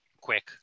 quick